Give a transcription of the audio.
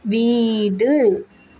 வீடு